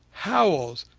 howls,